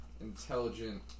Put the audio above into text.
intelligent